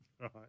right